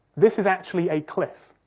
this is actually a cliff.